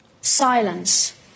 Silence